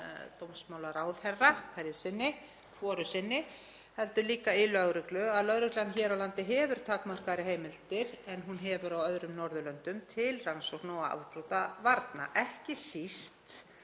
dómsmálaráðherra hverju sinni, heldur líka í máli lögreglu að lögreglan hér á landi hefur takmarkaðri heimildir en hún hefur á öðrum Norðurlöndum til rannsókna og afbrotavarna. Ekki síst